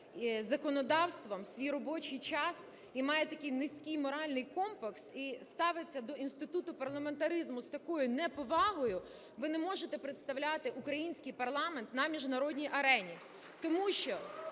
законодавством у свій робочий час, і має такий низький моральний компас, і ставиться до інституту парламентаризму з такою неповагою, ви не можете представляти український парламент на міжнародній арені. Тому що